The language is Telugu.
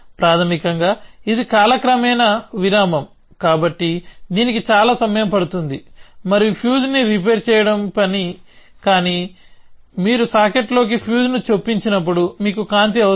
ప్రాథమికంగా ఇది కాలక్రమేణా విరామం కాబట్టి దీనికి చాలా సమయం పడుతుంది మరియు ఫ్యూజ్ను రిపేర్ చేయడం పని కానీ మీరు సాకెట్లోకి ఫ్యూజ్ను చొప్పించినప్పుడు మీకు కాంతి అవసరం